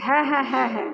হ্যাঁ হ্যাঁ হ্যাঁ হ্যাঁ